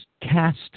cast